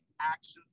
actions